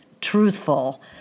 truthful